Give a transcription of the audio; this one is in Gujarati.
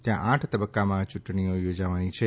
ત્યાં આઠ તબક્કામાં ચૂંટણીઓ યોજાવાની છે